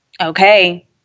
okay